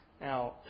Now